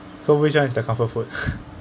so which one is the comfort food